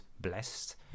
blessed